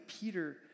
Peter